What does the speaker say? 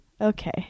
Okay